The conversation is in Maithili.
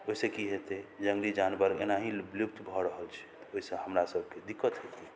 ओहिसँ की हेतै जंगली जानवर एनाही लुप्त भऽ रहल छै ओइसँ हमरा सभके दिक्कत हेतै